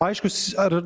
aiškius ar